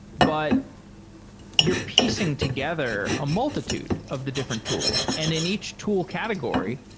but you're piecing together a multitude of the different tools. and in each tool category,